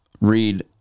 read